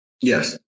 Yes